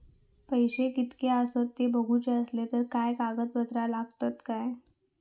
पैशे कीतके आसत ते बघुचे असले तर काय कागद पत्रा लागतात काय?